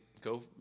go